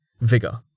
Vigor